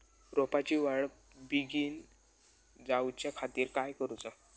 रोपाची वाढ बिगीन जाऊच्या खातीर काय करुचा?